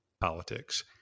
politics